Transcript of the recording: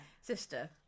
Sister